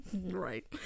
right